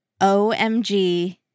OMG